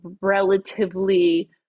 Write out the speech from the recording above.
relatively